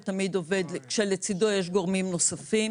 הוא תמיד עובד כשלצדו יש גורמים נוספים